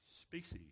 species